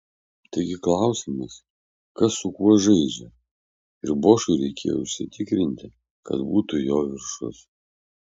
taigi klausimas kas su kuo žaidžia ir bošui reikėjo užsitikrinti kad būtų jo viršus